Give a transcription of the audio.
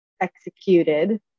executed